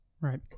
Right